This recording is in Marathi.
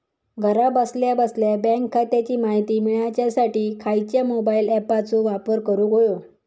घरा बसल्या बसल्या बँक खात्याची माहिती मिळाच्यासाठी खायच्या मोबाईल ॲपाचो वापर करूक होयो?